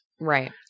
right